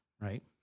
right